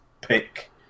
pick